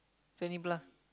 twenty plus